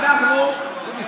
אקוניס,